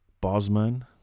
Bosman